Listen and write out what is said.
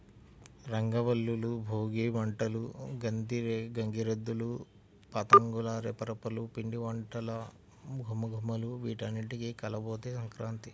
రంగవల్లులు, భోగి మంటలు, గంగిరెద్దులు, పతంగుల రెపరెపలు, పిండివంటల ఘుమఘుమలు వీటన్నింటి కలబోతే సంక్రాంతి